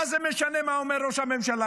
מה זה משנה מה אומר ראש הממשלה,